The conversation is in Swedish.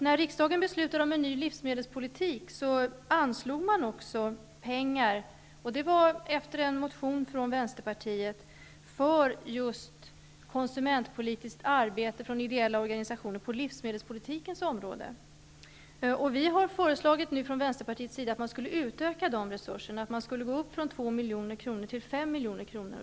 När riksdagen beslutade om en ny livsmedelspolitik, anslog man också pengar -- det var efter en motion från vänsterpartiet -- för just konsumentpolitiskt arbete i ideella organisationer på livsmedelspolitikens område. Vi har från Vänsterpartiets sida föreslagit att man nu skulle utöka de resurserna, att man skulle gå upp från 2 milj.kr. till 5 milj.kr.